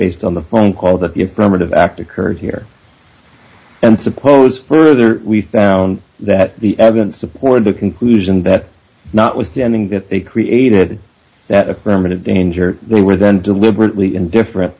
based on the phone call that the affirmative act occurred here and suppose further we found that the evidence supported the conclusion that notwithstanding that they created that affirmative danger they were then deliberately indifferent